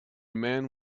man